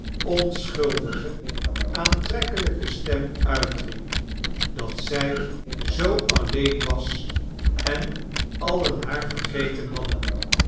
onschuldige aantrekkelijke stem uitriep dat zij zoo alleen was en alien haar vergeten hadden